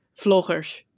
vloggers